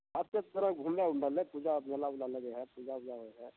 खासियत जेना घुमे बला पूजा